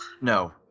No